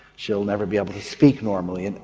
she'll never be able to speak normally. and